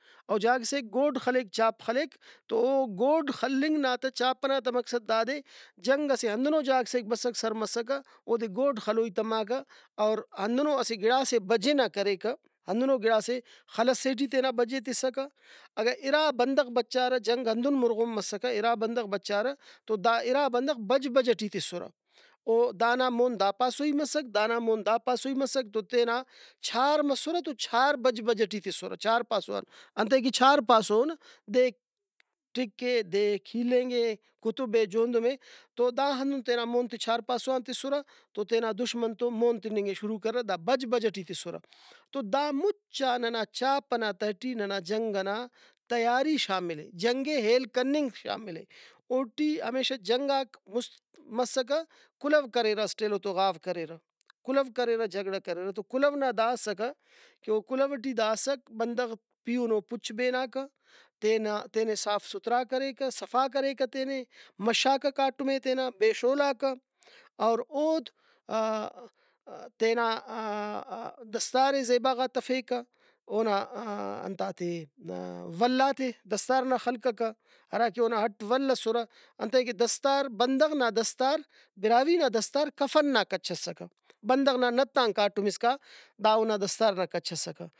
او جاگہ سیک گوڈ خلیک چاپ خلیک تو او گوڈ خلنگ نا تہ چاپ ئنا تہ مقصد دادے جنگ اسہ ہندنو جاگہ سیک بسکہ سرمسکہ اودے گوڈ خلوئی تماکہ اور ہندنو اسہ گڑاسے بجینہ کریکہ ہندنو گڑاسے خل سے ٹی تینا بجے تسکہ اگہ اِرا بندغ بچارہ جنگ ہندن مُرغن مسکہ اِرا بندغ بچارہ تو دا اِرا بندغ بج بج ئٹی تسرہ او دانا مون داپاسوئی مسک دانا مون دا پاسوئی مسک توتینا چھار مسُرہ تو چھار بج بج ٹی تسرہ چھار پاسوآن انتئے کہ چھار پاسو او نہ دے ٹک اے دے کیہلینگے کتبے جوندمے تو دا ہندن تینا مون تے چھار پاسو آن تسرہ تو تینا دشمن تو مون تننگے شروع کریرہ دا بج بج ٹی تسرہ ۔تو دا مُچا ننا چاپ ئنا تہٹی ننا جنگ ئنا تیاری شاملے جنگے ہیل کننگ شاملے ۔اوٹی ہمیشہ جنگاک مُست مسکہ کُلو کریرہ اسٹ ایلو تو غاو کریرہ کُلو کریرہ جھگڑہ کریرہ تو کُلو نا دا اسکہ کہ او کُلو ٹی دا اسک بندغ پیہنو پُچ بیناکہ تینا تینے صاف سُتھرا کریکہ صفا کریکہ تینے مشاکہ کاٹمے تینا بےشولاکہ اور اود تینا دستارے زیبا غا تفیکہ اونا انتاتے ولاتے دستار نا خلککہ ہرا کہ اونا اٹ ول اسرہ انتئے کہ دستار بندغ نا دستار براہوئی نا دستار کفن نا کچ اسکہ بندغ نا نتان کاٹم اسکان دا اونا دستار نا کچ اسکہ